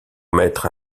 maître